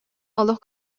олох